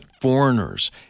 foreigners